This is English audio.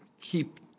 keep